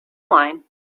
mine